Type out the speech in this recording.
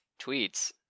tweets